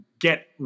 get –